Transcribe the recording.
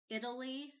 Italy